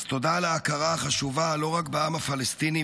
אז תודה על ההכרה החשובה לא רק בעם הפלסטיני,